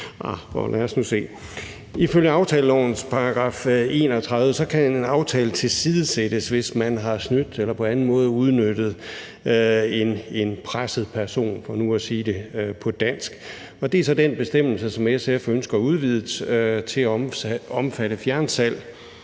Ifølge aftalelovens § 31 kan en aftale tilsidesættes, hvis man har snydt eller på anden måde har udnyttet en presset person, for nu at sige det på dansk, og det er så den bestemmelse, som SF ønsker udvidet til at omfatte fjernsalg